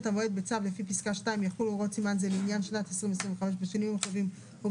כשאת מדברת עמוס את מדברת על חמישה בחדר או ארבעה